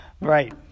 right